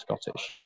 scottish